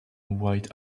white